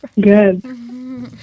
Good